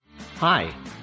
Hi